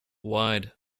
wide